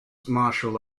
martial